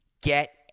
get